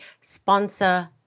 sponsor